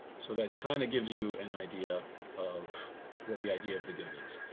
so that kind of gives you an idea of what the idea of the good is.